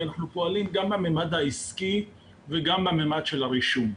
אנחנו פועלים גם בממד העסקי וגם בממד של הרישום.